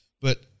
But-